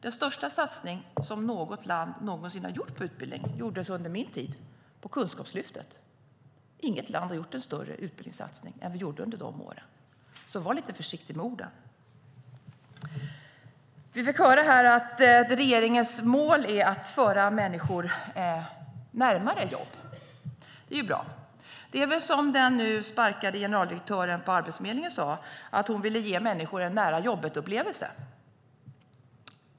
Den största satsningen något land någonsin har gjort på utbildning gjordes under min tid, med Kunskapslyftet. Inget land har gjort en större utbildningssatsning än den vi gjorde under de åren. Var alltså lite försiktig med orden! Vi fick höra att regeringens mål är att föra människor närmare jobb. Det är bra. Det är som den nu sparkade generaldirektören för Arbetsförmedlingen sade: Hon ville ge människor en nära-jobbet-upplevelse.